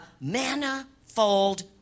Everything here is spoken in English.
manifold